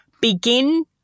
begin